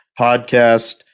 podcast